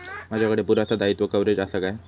माजाकडे पुरासा दाईत्वा कव्हारेज असा काय?